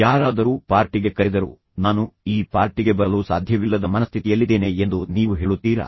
ಯಾರಾದರೂ ಪಾರ್ಟಿಗೆ ಕರೆದರೂ ನಾನು ಈ ಪಾರ್ಟಿಗೆ ಬರಲು ಸಾಧ್ಯವಿಲ್ಲದ ಮನಸ್ಥಿತಿಯಲ್ಲಿದ್ದೇನೆ ಎಂದು ನೀವು ಹೇಳುತ್ತೀರಾ